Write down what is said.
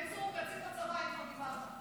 בן צור קצין בצבא, אם כבר דיברת.